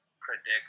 predict